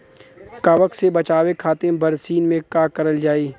कवक से बचावे खातिन बरसीन मे का करल जाई?